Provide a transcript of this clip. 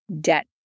debt